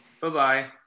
Bye-bye